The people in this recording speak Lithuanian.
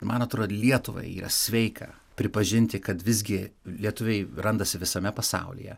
man atrodo lietuvai yra sveika pripažinti kad visgi lietuviai randasi visame pasaulyje